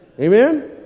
Amen